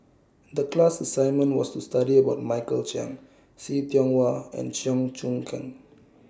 The class assignment was to study about Michael Chiang See Tiong Wah and Cheong Choong Kong